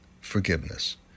forgiveness